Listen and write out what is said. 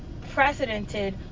precedented